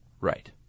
Right